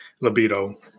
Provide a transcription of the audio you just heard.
libido